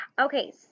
Okay